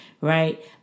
right